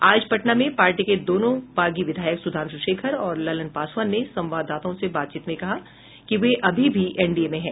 आज पटना में पार्टी के दोनों बागी विधायक सुधांशु शेखर और ललन पासवान ने संवाददाताओं से बातचीत में कहा कि वे अभी भी एनडीए में हैं